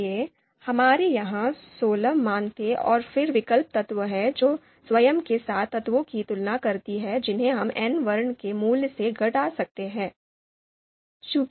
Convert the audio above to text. इसलिए हमारे यहां सोलह मान थे और फिर विकर्ण तत्व हैं जो स्वयं के साथ तत्वों की तुलना करते हैं जिन्हें हम n वर्ग के मूल्य से घटा सकते हैं